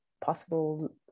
possible